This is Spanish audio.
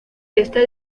esta